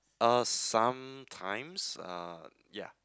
uh sometimes uh yeah